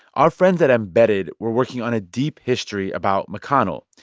our friends at embedded were working on a deep history about mcconnell.